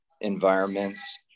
environments